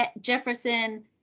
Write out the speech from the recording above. Jefferson